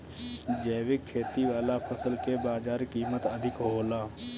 जैविक खेती वाला फसल के बाजार कीमत अधिक होला